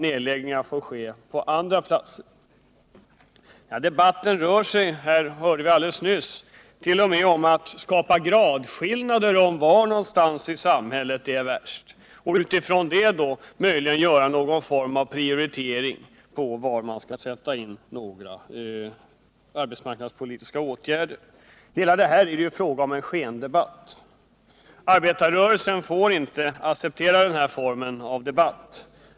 Nedläggningarna får ske på andra håll. Som vi nyss hörde rör sig debatten t.o.m. om att skapa gradskillnader för var någonstans i samhället det är värst, och utifrån detta skall man sedan göra någon form av prioritering i samband med bedömningen av var man skall sätta in arbetsmarknadspolitiska åtgärder. Men allt sådant tal skapar ju en skendebatt. Arbetarrörelsen får inte acceptera den formen av debatt.